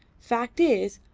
fact is,